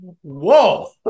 whoa